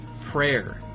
prayer